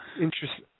Interesting